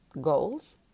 goals